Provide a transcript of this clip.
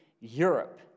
Europe